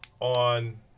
on